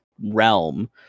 realm